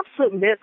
absolute